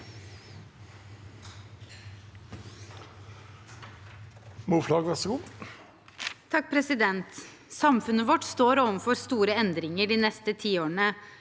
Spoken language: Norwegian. Samfunnet vårt står overfor store endringer de neste tiårene.